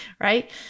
right